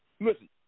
Listen